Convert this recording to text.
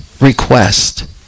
request